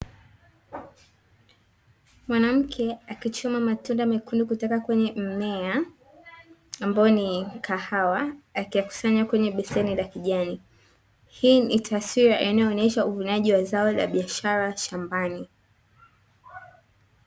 Mwanamke akichuma matunda mekundu kutoka kwenye mmea ambao ni kahawa, akiyakusanya kwenye beseni la kijani. Hii ni taswira inayoonesha uvunajivu wa zao la biashara shambani.